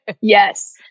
Yes